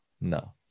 no